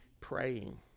praying